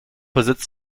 besitzt